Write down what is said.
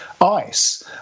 ice